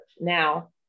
Now